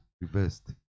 reversed